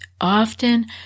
often